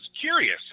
curious